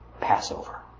Passover